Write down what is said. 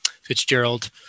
Fitzgerald